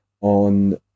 on